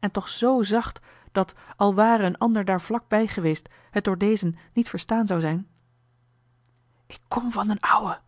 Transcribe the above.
en toch zoo zacht dat al ware een ander daar vlak bij geweest het door dezen niet verstaan zou zijn ik kom van d'n ouwe